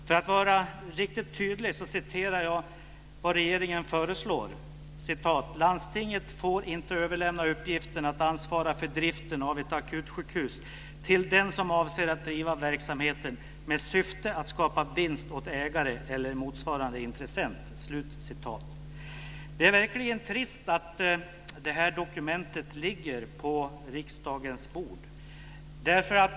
För att vara riktigt tydlig citerar jag vad regeringen föreslår: "Landstinget får inte överlämna uppgiften att ansvara för driften av ett akutsjukhus till den som avser att driva verksamheten med syfte att skapa vinst åt ägare eller motsvarande intressent." Det är verkligen trist att detta dokument ligger på riksdagens bord.